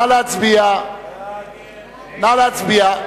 נא להצביע.